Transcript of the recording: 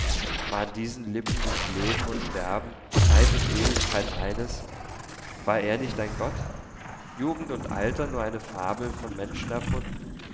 war an diesen lippen nicht leben und sterben zeit und ewigkeit eines war er nicht ein gott jugend und alter nur eine fabel von menschen erfunden